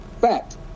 Fact